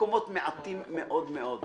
במקומות מעטים מאוד מאוד.